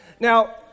now